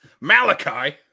Malachi